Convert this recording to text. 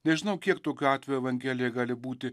nežinau kiek tokiu atveju evangelija gali būti